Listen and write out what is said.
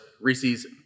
Reese's